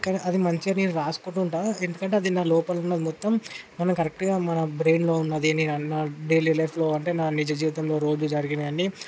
అది మంచిగా నేను రాసుకుంటుంటా ఎందుకంటే అది నా లోపల ఉన్న మొత్తం మన కరెక్ట్గా మన బ్రెయిన్లో ఉన్నది నా డైలీ లైఫ్లో అంటే నా నిజ జీవితంలో రోజు జరిగినవి అన్నీ